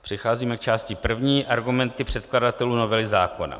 Přecházíme k části první Argumenty předkladatelů novely zákona.